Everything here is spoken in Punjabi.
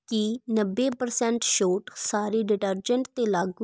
ਕੀ ਨੱਬੇ ਪ੍ਰਸੈਂਟ ਛੋਟ ਸਾਰੀ ਡਿਟਰਜੈਂਟ 'ਤੇ ਲਾਗੂ ਹੈ